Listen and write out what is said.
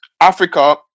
Africa